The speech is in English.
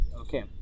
Okay